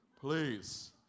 please